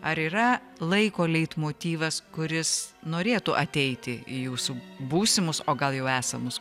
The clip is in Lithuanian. ar yra laiko leitmotyvas kuris norėtų ateiti į jūsų būsimus o gal jau esamus